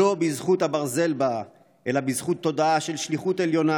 לא בזכות הברזל באה אלא בזכות תודעה של שליחות עליונה,